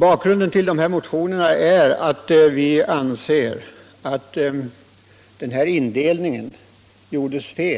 Bakgrunden till motionerna som väckts i ärendet är att vi anser att den indelning som trädde